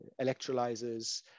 electrolyzers